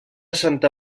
santa